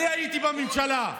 אני הייתי בממשלה,